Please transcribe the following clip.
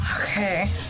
Okay